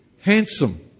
handsome